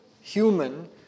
human